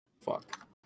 Fuck